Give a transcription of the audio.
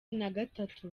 nagatatu